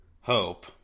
Hope